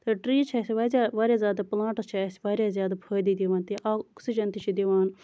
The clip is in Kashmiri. تہٕ ٹریٖز چھِ اَسہِ واریاہ واریاہ زیادٕ پٔلانٹٔس چھِ اَسہِ واریاہ زیادٕ فٲیدٕ دِوان تہِ اوکسِجَن تہِ چھ دِوان